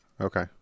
Okay